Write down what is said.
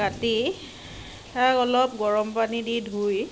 কাটি তাক অলপ গৰম পানী দি ধুই